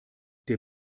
der